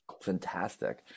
fantastic